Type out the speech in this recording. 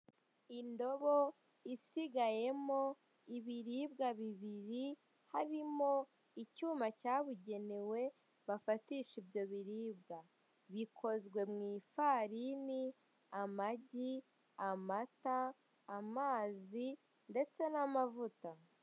Indobo isigayemo ibiribwa bibiri, harimo icyuma cyabugenewe bafatisha ibyo biribwa. Bikozwe mu ifarini, amagi, amata, amazi, ndetse n'amavuta.